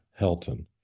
Helton